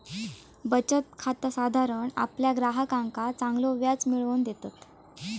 बचत खाता साधारण आपल्या ग्राहकांका चांगलो व्याज मिळवून देतत